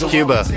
Cuba